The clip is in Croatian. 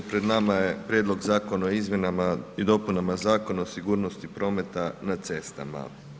Pred nama je Prijedlog zakona o izmjenama i dopunama Zakona o sigurnosti prometa na cestama.